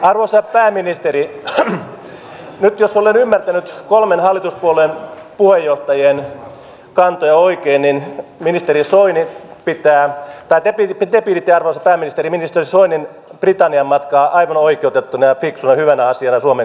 arvoisa pääministeri nyt jos olen ymmärtänyt kolmen hallituspuolueen puheenjohtajien kantoja oikein niin te piditte arvoisa pääministeri ministeri soinin britannian matkaa aivan oikeutettuna ja fiksuna ja hyvänä asiana suomen kannalta